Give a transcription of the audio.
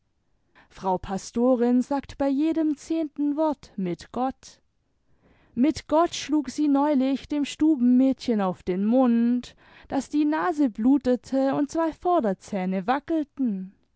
frau pastorin sagt bei jedem zehnten wort mit gott mit gott schlug sie neulich dem stubenmädchen auf den mund daß die nase blutete imd zwei vorderzähne wackelten